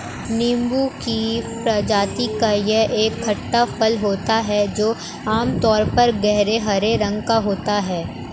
नींबू की प्रजाति का यह एक खट्टा फल होता है जो आमतौर पर गहरे हरे रंग का होता है